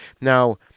Now